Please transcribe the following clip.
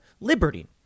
liberty